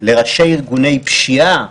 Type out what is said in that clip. לראשי ארגוני פשיעה,